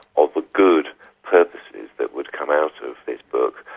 of the good purposes that would come out of this book,